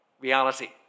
reality